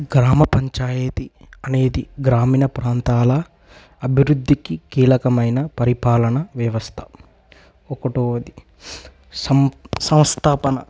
గ్రామపంచాయతీ అనేది గ్రామీణ ప్రాంతాల అభివృద్ధికి కీలకమైన పరిపాలన వ్యవస్థ ఒకటవది సంస్థాపన